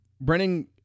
Brennan